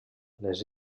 les